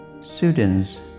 Students